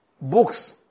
Books